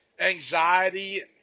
anxiety